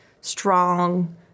strong